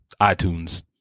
itunes